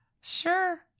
Sure